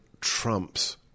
Trump's